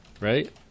right